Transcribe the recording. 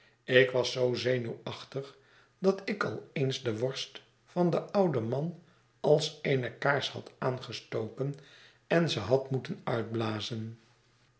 ik was zoo zenuwachtig dat ik al eens de worst van den ouden man als eene kaars had aangestoken en ze had moeten uitblazen